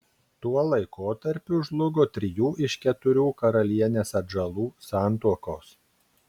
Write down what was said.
tuo laikotarpiu žlugo trijų iš keturių karalienės atžalų santuokos